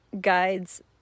guides